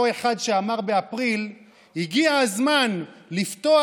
אותו אחד שאמר באפריל: "הגיע הזמן לפתוח